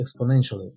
exponentially